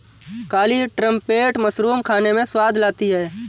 काली trumpet mushroom खाने में स्वाद लाती है